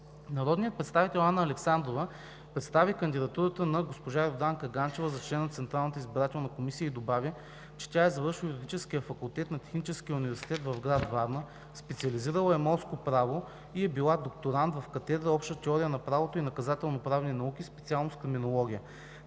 Народният представител Анна Александрова представи кандидатурата на госпожа Йорданка Ганчева за член на Централната избирателна комисия и добави, че тя е завършила Юридическия факултет на Техническия университет в град Варна, специализирала е морско право и е била докторант в катедра „Обща теория на правото и наказателноправни науки“, специалност „Криминология“.